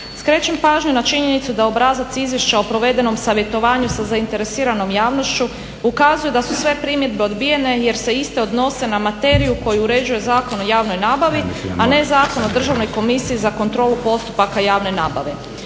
Skrećem pažnju na činjenicu da obrazac izvješća o provedenom savjetovanju sa zainteresiranom javnošću ukazuje da su sve primjedbe odbijene jer se iste odnose na materiju koju uređuje Zakon o javnoj nabavi, a ne Zakon o Državnoj komisiji za kontrolu postupaka javne nabave.